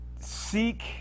seek